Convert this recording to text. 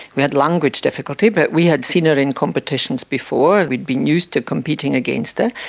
we had language difficulty, but we had seen her in competitions before and we'd been used to competing against her,